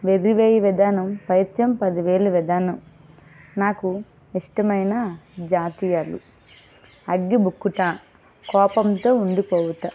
వెర్రి వెయ్యి విధానం పైత్యం పదివేలు విధానం నాకు ఇష్టమైన జాతీయాలు అగ్గి బుక్కుట కోపంతో ఉండిపోవుట